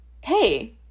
hey